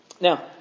Now